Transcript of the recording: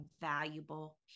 valuable